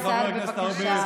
וחבר הכנסת ארבל,